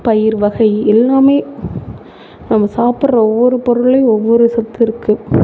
பயிர் வகை எல்லாமே நம்ம சாப்பிட்ற ஒவ்வொரு பொருள்லேயும் ஒவ்வொரு சத்து இருக்குது